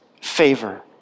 favor